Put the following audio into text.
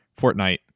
Fortnite